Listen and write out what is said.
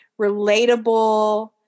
relatable